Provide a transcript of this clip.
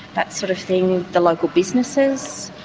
that sort of thing, the local businesses.